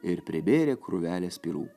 ir pribėrė krūvelę spirų